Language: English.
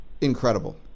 incredible